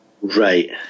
Right